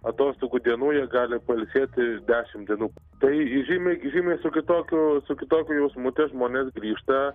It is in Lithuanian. atostogų dienų jie gali pailsėti dešimt dienų tai žymiai žymiai su kitokiu su kitokiu jausmu tie žmonės grįžta